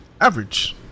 average